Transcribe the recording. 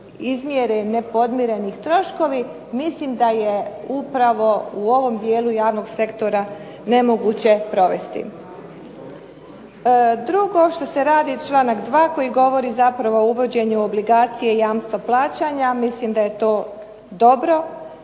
izmjere nepodmireni troškovi mislim da je upravo u ovom dijelu javnog sektora nemoguće provesti. Drugo što se članak 2. koji govori o uvođenju obligacije i jamstva plaćanja, mislim da je to dobro.